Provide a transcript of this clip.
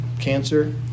cancer